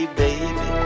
baby